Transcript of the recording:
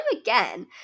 again